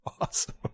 Awesome